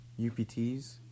UPTs